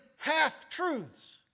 Half-truths